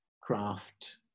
Craft